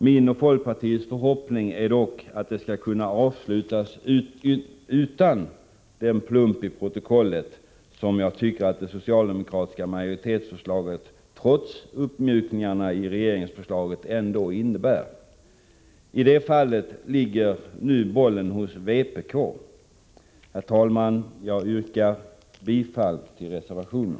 Min och folkpartiets förhoppning är dock att det skall kunna avslutas utan den plump i protokollet som jag tycker att det socialdemokratiska majoritetsförslaget trots uppmjukningarna i regeringsförslaget ändå innebär. I det fallet ligger nu bollen hos vpk. Herr talman! Jag yrkar bifall till reservationen.